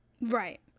right